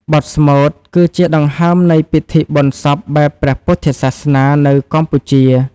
បទស្មូតគឺជាដង្ហើមនៃពិធីបុណ្យសពបែបព្រះពុទ្ធសាសនានៅកម្ពុជា។